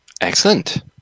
Excellent